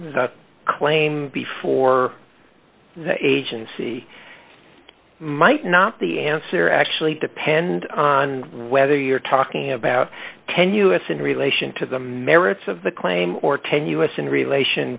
that claim before the agency might not the answer actually depend on whether you're talking about ten us in relation to the merits of the claim or ten us in relation